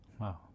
Wow